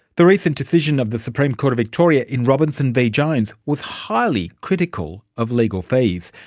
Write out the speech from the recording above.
the recent decision of the supreme court of victoria in robinson v jones was highly critical of legal fees.